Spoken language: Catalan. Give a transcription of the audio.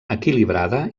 equilibrada